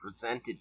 presented